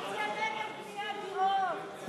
ההסתייגות של קבוצת סיעת חד"ש, קבוצת סיעת ש"ס,